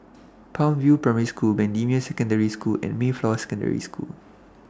Palm View Primary School Bendemeer Secondary School and Mayflower Secondary School